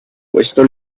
questo